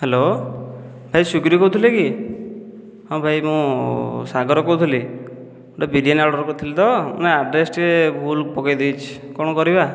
hello ଭାଇ ସ୍ଵିଗିରୁ କହୁଥିଲେ କି ହଁ ଭାଇ ମୁଁ ସାଗର କହୁଥିଲି ଗୋଟିଏ ବିରିୟାନୀ ଅର୍ଡ଼ର କରିଥିଲି ତ ନା ଆଡ଼୍ରେସ ଟିକେ ଭୁଲ ପକାଇ ଦେଇଛି କ'ଣ କରିବା